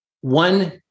one